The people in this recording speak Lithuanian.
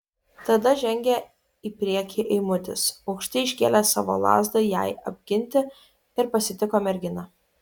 tada žengė į priekį eimutis aukštai iškėlęs savo lazdą jai apginti ir pasitiko merginą